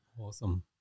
Awesome